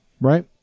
right